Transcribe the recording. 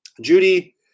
Judy